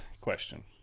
question